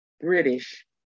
British